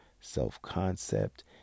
self-concept